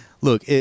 look